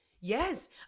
yes